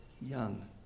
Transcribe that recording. young